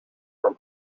from